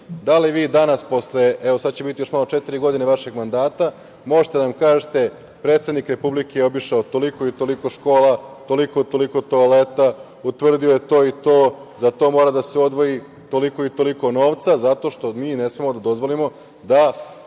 li vi danas posle, evo sada će biti još malo četiri godine vašeg mandata, možete da nam kažete – predsednik Republike je obišao toliko i toliko škola, toliko i toliko toaleta, utvrdio je to i to, za to mora da se odvoji toliko i toliko novca zato što mi ne smemo da dozvolimo da